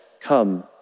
come